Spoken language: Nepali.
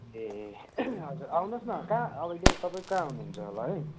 ए हजुर आउनुहोस् न कहाँ अहिले तपाईँ कहाँ हुनुहुन्छ होला है